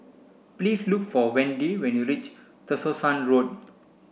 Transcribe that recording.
please look for Wende when you reach Tessensohn Road